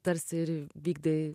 tarsi ir vykdai